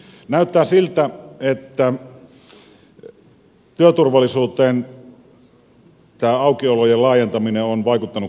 näyttää siltä että työturvallisuuteen tämä aukiolojen laajentaminen on vaikuttanut kielteisesti